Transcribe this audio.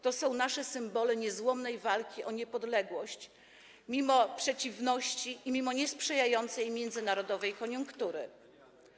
To są nasze symbole niezłomnej walki o niepodległość mimo przeciwności i niesprzyjającej międzynarodowej koniunktury.